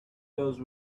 goes